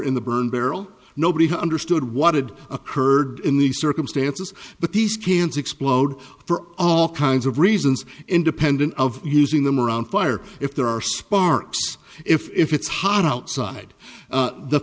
in the burn barrel nobody understood what had occurred in these circumstances but these cans explode for all kinds of reasons independent of using them around fire if there are sparks if it's hot outside